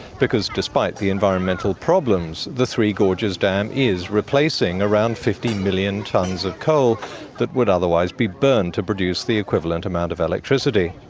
because despite the environmental problems, the three gorges dam is replacing around fifty million tonnes of coal that would otherwise be burned to produce the equivalent amount of electricity.